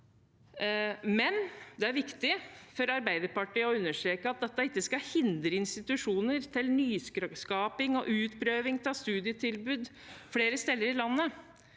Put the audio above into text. men det er viktig for Arbeiderpartiet å understreke at dette ikke skal hindre institusjoner i nyskaping og utprøving av studietilbud flere steder i landet.